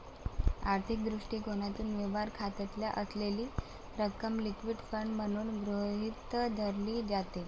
आर्थिक दृष्टिकोनातून, व्यवहार खात्यात असलेली रक्कम लिक्विड फंड म्हणून गृहीत धरली जाते